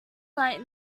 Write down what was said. light